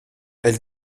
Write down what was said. elle